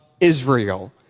Israel